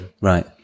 Right